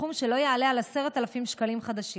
בסכום שלא יעלה על 10,000 שקלים חדשים.